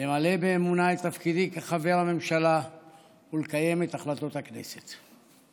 למלא באמונה את תפקידי כחבר הממשלה ולקיים את החלטות הכנסת.